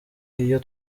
iyo